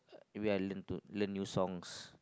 maybe I learn to learn new songs